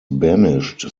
banished